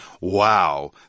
wow